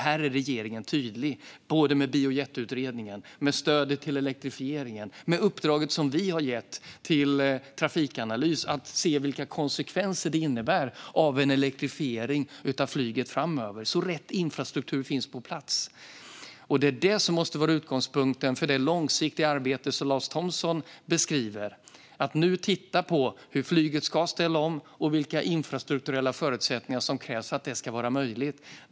Här är regeringen tydlig i Biojetutredningen, med stödet till elektrifieringen och med uppdraget till Trafikanalys att se hur konsekvenserna av en elektrifiering av flyget framöver kan se ut så att rätt infrastruktur finns på plats. Detta måste vara utgångspunkten för det långsiktiga arbete som Lars Thomsson beskriver, det vill säga att nu titta på hur flyget ska ställa om och vilka infrastrukturella förutsättningar som krävs för att det ska vara möjligt.